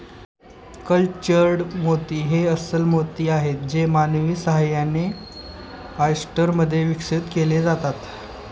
cultured मोती हे अस्स्ल मोती आहेत जे मानवी सहाय्याने, ऑयस्टर मध्ये विकसित केले जातात